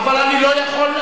אבל אני לא יכול,